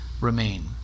remain